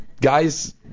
Guys